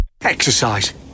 Exercise